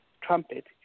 trumpet